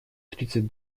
тридцать